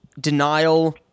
denial